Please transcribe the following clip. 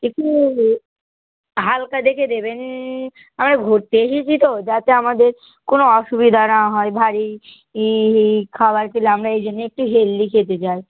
একটু হালকা দেখে দেবেন আমরা ঘুরতে এসেছি তো যাতে আমাদের কোনো অসুবিধা না হয় ভারী ই ই খাবার খেলে আমরা এই জন্যেই একটু হেলদি খেতে চাই